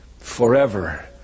Forever